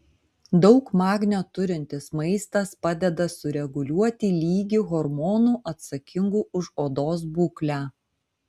daug magnio turintis maistas padeda sureguliuoti lygį hormonų atsakingų už odos būklę